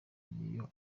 niyo